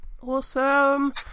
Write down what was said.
Awesome